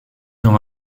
ans